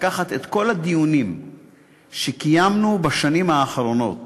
לקחת את כל הדיונים שקיימנו בשנים האחרונות